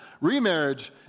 remarriage